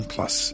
Plus